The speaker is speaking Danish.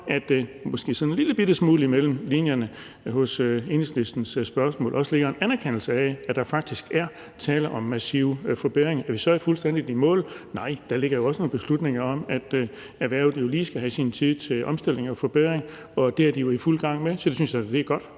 sådan en lillebitte smule mellem linjerne også ligger en anerkendelse af, at der faktisk er tale om massive forbedringer. Er vi så kommet fuldstændig i mål? Nej, der ligger jo også nogle beslutninger, som skal tages, og som handler om, at erhvervet lige skal have tid til omstilling og forbedring, og det er de jo i fuld gang med. Så det synes jeg da er godt.